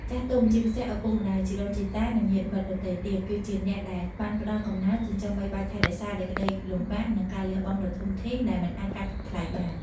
ចាស់ទុំ ជាពិសេសឪពុកម្ដាយ ជីដូនជីតា និងញាតិមិត្តដទៃទៀត គឺជាអ្នកដែលបានផ្ដល់កំណើត ចិញ្ចឹមបីបាច់ថែរក្សាដោយក្ដីលំបាក និងការលះបង់ដ៏ធំធេង ដែលមិនអាចកាត់ថ្លៃបាន។